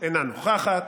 אינה נוכחת,